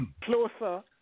closer